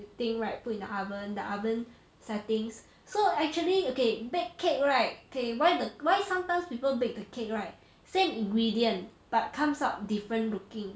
thing right put in the oven the oven settings so actually okay bake cake right okay why the why sometimes people bake the cake right same ingredient but comes out different looking